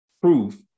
proof